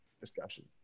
discussion